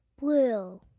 Blue